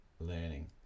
learning